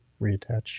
reattach